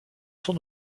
son